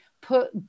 put